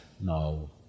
no